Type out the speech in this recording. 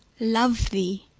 love thee!